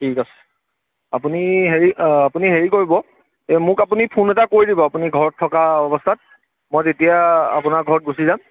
ঠিক আছে আপুনি হেৰি আপুনি হেৰি কৰিব এই মোক আপুনি ফোন এটা কৰি দিব আপুনি ঘৰত থকা অৱস্থাত মই তেতিয়া আপোনাৰ ঘৰত গুচি যাম